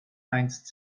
einst